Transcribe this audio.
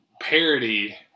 parody